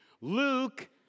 Luke